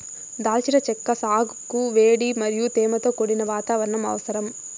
దాల్చిన చెక్క సాగుకు వేడి మరియు తేమతో కూడిన వాతావరణం అవసరం